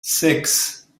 six